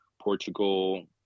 Portugal